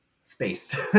space